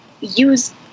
use